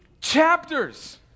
chapters